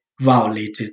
violated